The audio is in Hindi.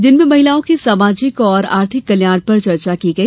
जिनमें महिलाओं के सामाजिक और आर्थिक कल्याण पर चर्चा की गई